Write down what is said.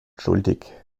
schuldig